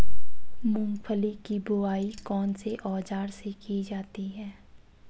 मूंगफली की बुआई कौनसे औज़ार से की जाती है?